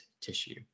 tissue